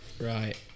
Right